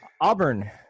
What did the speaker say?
Auburn